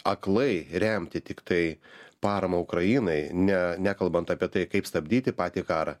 aklai remti tiktai paramą ukrainai ne nekalbant apie tai kaip stabdyti patį karą